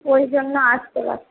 ওই জন্য আসতে পারছে না